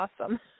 awesome